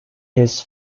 his